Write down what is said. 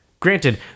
Granted